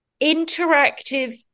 interactive